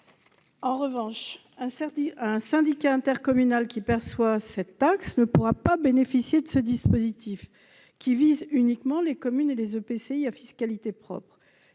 En revanche, les syndicats intercommunaux qui perçoivent la TCCFE ne pourront pas bénéficier de ce dispositif, qui vise uniquement les communes et les EPCI à fiscalité propre.